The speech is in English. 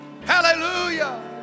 hallelujah